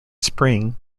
spring